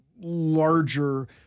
larger